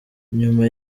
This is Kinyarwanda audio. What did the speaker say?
nyuma